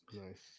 Nice